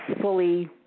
fully